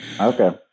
okay